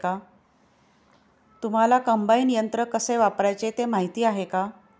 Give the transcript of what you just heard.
तुम्हांला कम्बाइन यंत्र कसे वापरायचे ते माहीती आहे का?